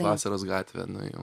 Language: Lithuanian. vasaros gatvę nuėjau